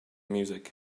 music